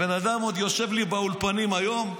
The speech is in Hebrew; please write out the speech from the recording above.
הבן אדם עוד יושב לי באולפנים היום.